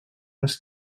les